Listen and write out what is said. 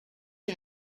you